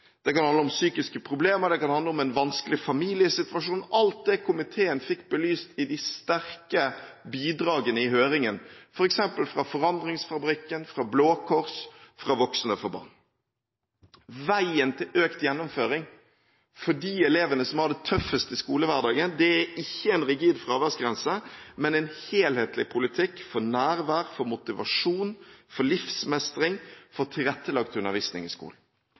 det kan handle om psykiske problemer, det kan handle om en vanskelig familiesituasjon – alt dette fikk komiteen belyst i de sterke bidragene i høringen, f.eks. fra Forandringsfabrikken, Blå Kors og Organisasjonen Voksne for Barn. Veien til økt gjennomføring for de elevene som har det tøffest i skolehverdagen, er ikke en rigid fraværsgrense, men en helhetlig politikk for nærvær, for motivasjon, for livsmestring og for tilrettelagt undervisning i skolen.